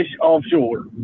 offshore